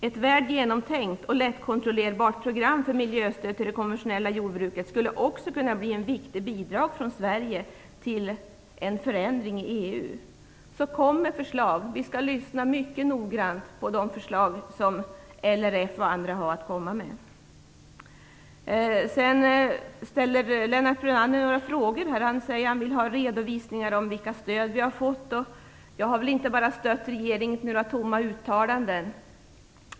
Ett väl genomtänkt och lättkontrollerat program för miljöstöd till det konventionella jordbruket skulle också kunna bli ett viktigt bidrag från Sverige till en förändring i EU. Kom fram med förslag. Vi skall lyssna mycket noggrant på förslag från LRF och andra organisationer. Lennart Brunander ställde några frågor. Han vill ha en redovisning av vilket stöd vi har givit. Jag har inte stött regeringen med några tomma uttalanden.